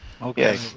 Okay